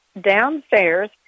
downstairs